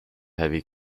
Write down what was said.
heavy